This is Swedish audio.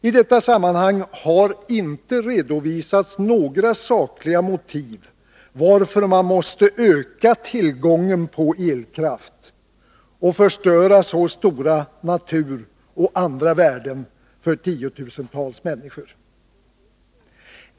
I detta sammanhang har inte redovisats några sakliga motiv för att öka tillgången på elkraft och förstöra så stora naturvärden och andra värden för tiotusentals människor.